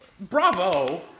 bravo